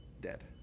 dead